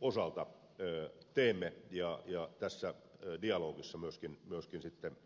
osalta teemme ja tässä dialogissa myöskin käymme